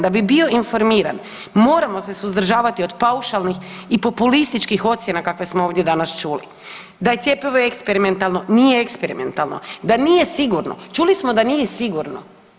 Da bi bio informiran moramo se suzdržavati od paušalnih i populističkih ocjena kakve smo ovdje danas čuli, da je cjepivo eksperimentalno, nije eksperimentalno, da nije sigurno, čuli smo da nije sigurno.